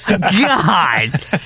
god